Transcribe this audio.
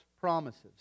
promises